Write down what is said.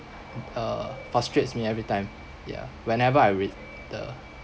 uh frustrates me every time yeah whenever I read the